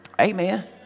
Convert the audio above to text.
Amen